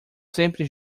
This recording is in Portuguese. sempre